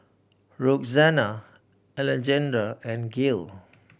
Roxana Alejandra and Gale